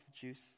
juice